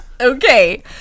okay